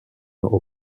aux